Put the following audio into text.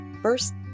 First